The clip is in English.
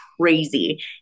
crazy